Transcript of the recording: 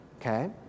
okay